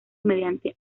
mediante